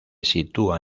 sitúa